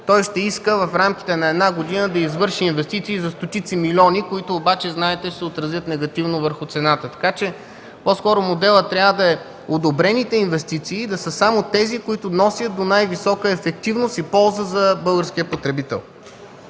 той ще иска в рамките на една година да извърши инвестиции за стотици милиони, които обаче знаете, ще се отразят негативно върху цената. По-скоро моделът трябва да е одобрените инвестиции да са само тези, които водят до най-висока ефективност и полза за българския потребител.